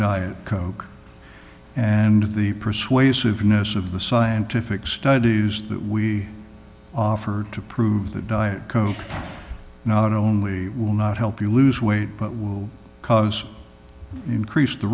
diet coke and the persuasiveness of the scientific studies that we offered to prove that diet coke not only will not help you lose weight but will cause increased the